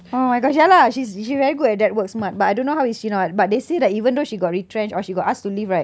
oh my gosh ya lah she's she very good at the work smart but I don't know how is she now but they say like even though she got retrenched or she got asked to leave right